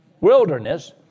wilderness